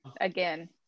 Again